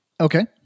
Okay